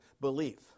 belief